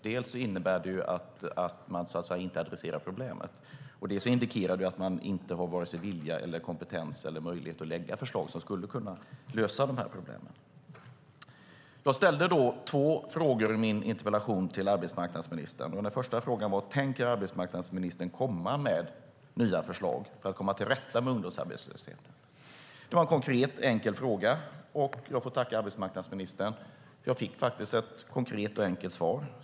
Dels innebär det att man inte adresserar problemet, dels indikerar det att man inte har vare sig vilja, kompetens eller möjlighet att lägga fram förslag som skulle kunna lösa problemen. Jag ställde två frågor i min interpellation till arbetsmarknadsministern. Den första frågan var: Tänker arbetsmarknadsministern komma med nya förslag för att komma till rätta med ungdomsarbetslösheten? Det var en konkret och enkel fråga. Jag får tacka arbetsmarknadsministern. Jag fick faktiskt ett konkret och enkelt svar.